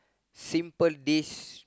simple dish